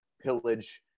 pillage